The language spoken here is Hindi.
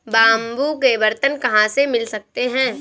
बाम्बू के बर्तन कहाँ से मिल सकते हैं?